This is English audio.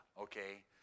okay